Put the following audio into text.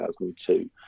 2002